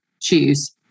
choose